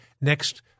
next